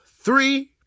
three